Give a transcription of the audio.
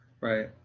Right